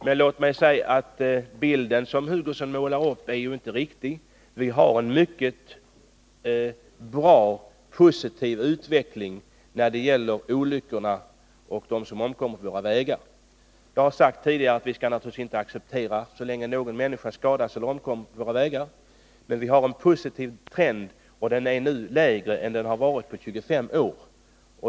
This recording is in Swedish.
Men låt mig säga att den bild som Kurt Hugosson målar upp inte är riktig. Vi har en mycket positiv utveckling när det gäller antalet olyckor och omkomna på våra vägar. Jag har sagt tidigare att vi naturligtvis inte skall acceptera att någon människa skadas eller omkommer på våra vägar. Men vi har en positiv trend, och antalet olyckor är nu mindre än på 25 år.